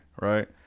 right